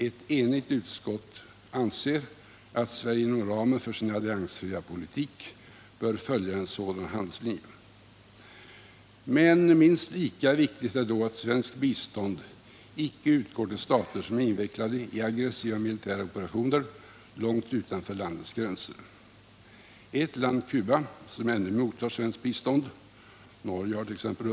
Ett enigt utskott anser att Sverige inom ramen för sin alliansfria politik bör följa en sådan handlingslinje. Men minst lika viktigt är då att svenskt bistånd icke utgår till stater som är invecklade i aggressiva militära operationer långt utanför landets gränser. Ett land, Cuba, som ännu mottager svenskt bistånd — Norge hart.ex.